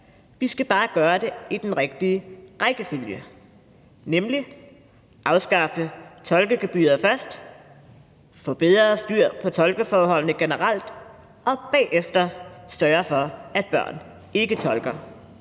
Vi skal bare gøre det i den rigtige rækkefølge, nemlig afskaffe tolkegebyret først, få bedre styr på tolkeforholdene generelt og bagefter sørge for, at børn ikke tolker.